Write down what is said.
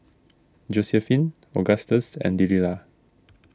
Josiephine Agustus and Delila